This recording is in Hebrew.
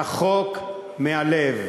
רחוק מהלב.